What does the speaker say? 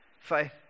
faith